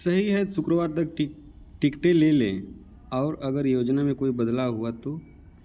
सही है शुक्रवार तक टिक टिकटें ले लें और अगर योजना में कोई बदलाव हुआ तो